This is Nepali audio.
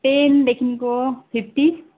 टेनदेखिको फिफ्टी